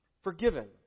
forgiven